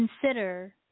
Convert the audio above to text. consider